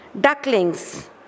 Ducklings